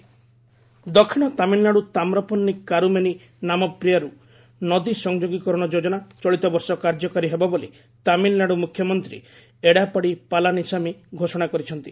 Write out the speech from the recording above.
TN river linkage scheme ଦକ୍ଷିଣ ତାମିଲନାଡୁ ତାମ୍ରପର୍ଣ୍ଣ କାରୁମେନି ନାମପ୍ରିୟାରୁ ନଦୀ ସଂଯୋଗୀକରଣ ଯୋଜନା ଚଳିତବର୍ଷ କାର୍ଯ୍ୟକାରୀ ହେବ ବୋଲି ତାମିଲନାଡୁ ମୁଖ୍ୟମନ୍ତ୍ରୀ ଏଡାପାଡି ପାଲାନୀସାମୀ ଘୋଷଣା କରିଛନ୍ତି